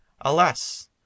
alas